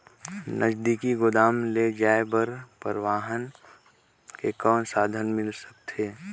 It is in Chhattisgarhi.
नजदीकी गोदाम ले जाय बर परिवहन के कौन साधन मिल सकथे?